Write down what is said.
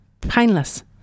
Painless